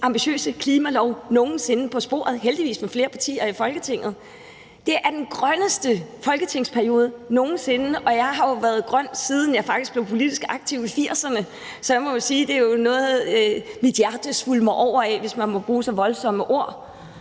ambitiøse klimalov nogen sinde på sporet – heldigvis sammen med flere partier i Folketinget. Det er den grønneste folketingsperiode nogen sinde, og jeg har jo været grøn, siden jeg blev politisk aktiv i 1980'erne, så jeg må sige, at det er noget, som mit hjerte svulmer over af – hvis man må bruge så voldsomme ord.